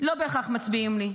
לא בהכרח מצביעים לי,